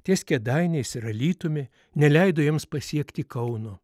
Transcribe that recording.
ties kėdainiais ir alytumi neleido jiems pasiekti kauno